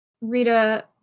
Rita